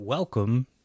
Welcome